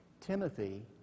Timothy